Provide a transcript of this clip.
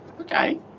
Okay